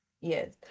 yes